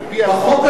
אני שואל על-פי החוק.